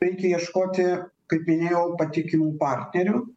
reikia ieškoti kaip minėjau patikimų partnerių